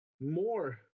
more